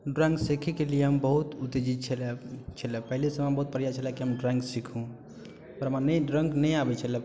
drawing सीखैके लिये हम बहुत उत्तेजित छेलै छेलै पहिलेसँ हमर बहुत प्रयास छेलै कि हम ड्रॉइंग सीखूपर हमरा ने ड्रॉइंग नहि आबै छलै